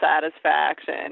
satisfaction